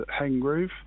Hengrove